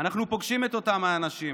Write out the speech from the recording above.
אנחנו פוגשים את אותם האנשים,